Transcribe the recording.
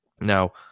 Now